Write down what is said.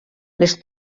les